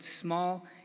small